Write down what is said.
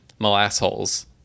molassholes